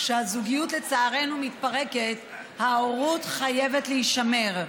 כשהזוגיות לצערנו מתפרקת, ההורות חייבת להישמר.